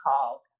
called